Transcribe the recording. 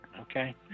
Okay